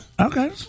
Okay